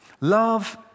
Love